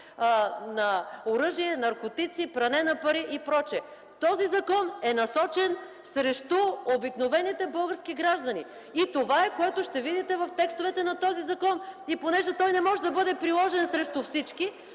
на оръжие, наркотици, пране на пари и прочее. Този закон е насочен срещу обикновените български граждани. Това е, което ще видите в текстовете на този закон. (Шум и реплики.) И понеже той не може да бъде приложен срещу всички,